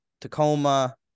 Tacoma